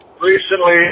Recently